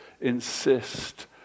insist